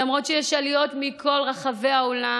למרות שיש עליות מכל רחבי העולם,